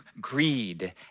greed